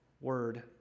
word